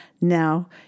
Now